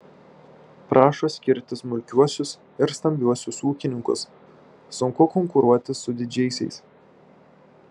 prašo skirti smulkiuosius ir stambiuosius ūkininkus sunku konkuruoti su didžiaisiais